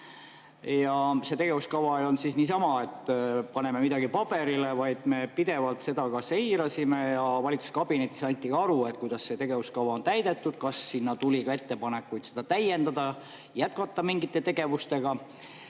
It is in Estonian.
Ja see tegevuskava ei olnud niisama, et paneme midagi paberile, vaid me pidevalt seirasime seda ja valitsuskabinetis anti aru, kuidas seda tegevuskava on täidetud. Tuli ka ettepanekuid seda täiendada, jätkata mingeid tegevusi.